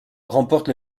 remporte